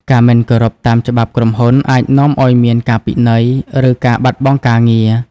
ការមិនគោរពតាមច្បាប់ក្រុមហ៊ុនអាចនាំឲ្យមានការពិន័យ ឬការបាត់បង់ការងារ។